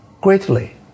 greatly